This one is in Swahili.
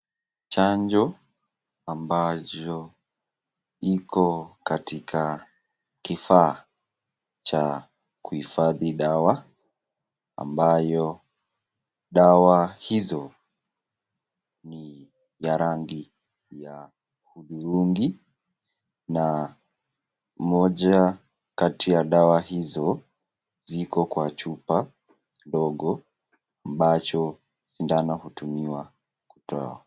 Chanjo ambayo iko katika kifaa cha kuhifadhi dawa ambayo dawa hizo ni ya rangi ya huthurungi na moja kati ya dawa hizo ziko kwa chupa ndogo ambacho sidano hutumiwa kutoa.